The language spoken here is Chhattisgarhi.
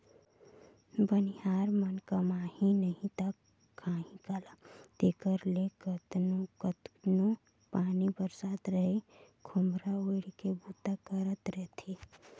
बनिहार मन कमाही नही ता खाही काला तेकर ले केतनो पानी बरसत रहें खोम्हरा ओएढ़ के बूता करत रहथे